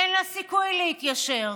אין לה סיכוי להתיישר,